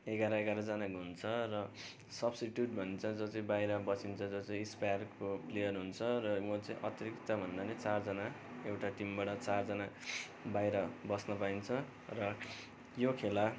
एघार एघारजनाको हुन्छ र सब्टिट्युट भन्छ जो चाहिँ बाहिर बसिन्छ जो चाहिँ स्पेयरको प्लेयर हुन्छ र म चाहिँ अतिरिक्त भन्दा पनि चारजना एउटा टिमबाट चारजना बाहिर बस्न पाइन्छ र यो खेला